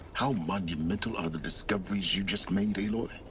how monumental are the discoveries you just made, aloy?